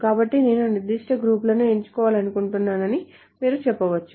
కాబట్టి నేను నిర్దిష్ట గ్రూప్ లను ఎంచుకోవాలనుకుంటున్నానని మీరు చెప్పవచ్చు